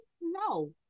No